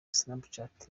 snapchat